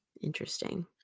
Interesting